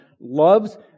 loves